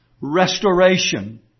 Restoration